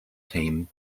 team